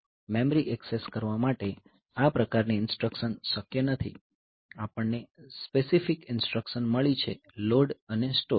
memory access કરવા માટે આ પ્રકારની ઇન્સટ્રકશન શક્ય નથી આપણને સ્પેસિફિક ઇન્સટ્રકશન મળી છે LOAD અને STORE